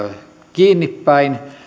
kiinni